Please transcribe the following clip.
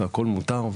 הכול מותר,